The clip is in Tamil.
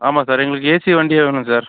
ஆமாம் சார் எங்களுக்கு ஏசி வண்டியே வேணும் சார்